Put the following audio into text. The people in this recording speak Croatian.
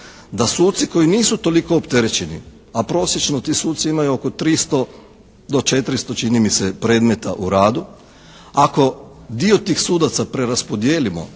da suci koji nisu toliko opterećeni, a prosječno ti suci imaju oko 300 do 400 čini mi se predmeta u radu. Ako dio tih sudaca preraspodijelimo